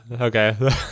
Okay